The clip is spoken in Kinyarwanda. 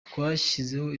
twashyizeho